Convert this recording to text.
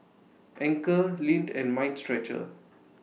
Anchor Lindt and Mind Stretcher